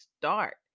start